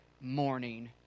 morning